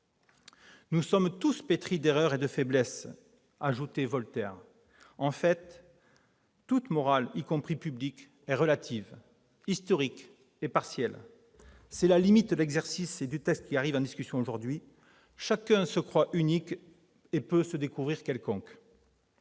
Nous sommes tous pétris de faiblesses et d'erreurs », ajoutait Voltaire. Toute morale, y compris publique, est relative, historique, partielle. C'est la limite du texte qui arrive en discussion aujourd'hui : chacun se croit unique et peut se découvrir quelconque.